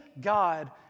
God